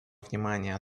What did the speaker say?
внимание